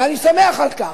ואני שמח על כך,